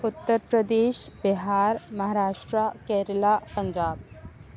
Uttar Pradesh Bihar Maharashtra Kerala Punjab